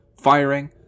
firing